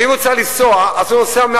ואם הוא צריך לנסוע אז הוא נוסע 100